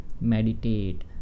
meditate